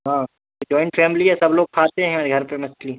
हाँ joint family है सब लोग खाते हैं घर पर मछली